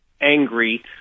angry